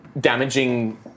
damaging